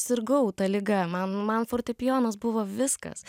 sirgau ta liga man fortepijonas buvo viskas